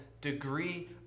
degree